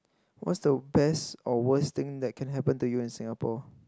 what's the best or worst thing that can happen to you in Singapore